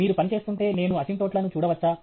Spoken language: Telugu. మీరు పని చేస్తుంటే నేను అసింప్టోట్లను చూడవచ్చా